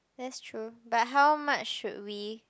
that's true but how much should we